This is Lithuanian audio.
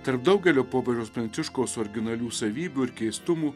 tarp daugelio popiežiaus pranciškaus originalių savybių ir keistumų